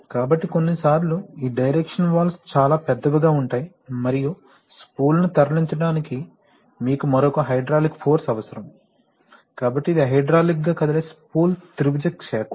కాబట్టి కొన్నిసార్లు ఈ డైరెక్షన్ వాల్వ్స్ చాలా పెద్దవిగా ఉంటాయి మరియు స్పూల్ను తరలించడానికి మీకు మరొక హైడ్రాలిక్ ఫోర్స్ అవసరం కాబట్టి ఇది హైడ్రాలిక్గా కదిలే స్పూల్ త్రిభుజ క్షేత్రం